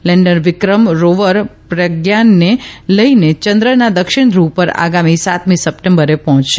lander Vikram rover પ્રગ્યાનને લઇને ચંદ્રના દક્ષિણ ધૂવ ઉપર આગામી સાતમી સપ્ટેમ્બરે પહોંચશે